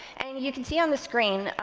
and you can see on the screen,